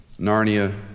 Narnia